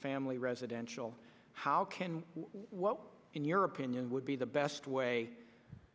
family residential how can what in your opinion would be the best way